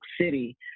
City